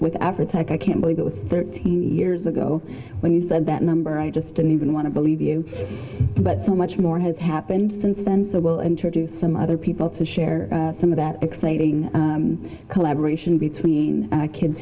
after i can't believe it was thirty years ago when you said that number i just didn't even want to believe you but so much more has happened since then so we'll introduce some other people to share some of that exciting collaboration between kids